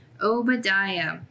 Obadiah